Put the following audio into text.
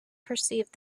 perceived